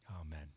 Amen